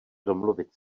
domluvit